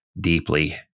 deeply